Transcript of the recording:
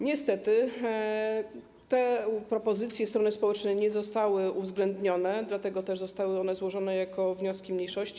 Niestety, te propozycje strony społecznej nie zostały uwzględnione, dlatego też zostały one złożone jako wnioski mniejszości.